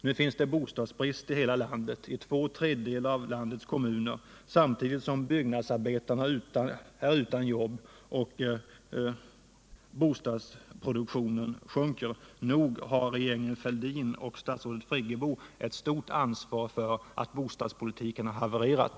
Nu finns det bostadsbrist i hela landet — i två tredjedelar av landets kommuner — samtidigt som byggnadsarbetarna är utan jobb och bostadsproduktionen sjunker. Nog har regeringen Fälldin och statsrådet Friggebo ett stort ansvar för att bostadspolitiken har havererat.